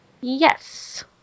Yes